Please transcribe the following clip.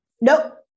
Nope